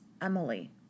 Emily